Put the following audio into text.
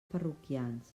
parroquians